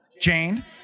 Jane